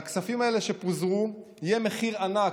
לכספים האלה שפוזרו יהיה מחיר ענק,